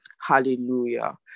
Hallelujah